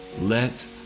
Let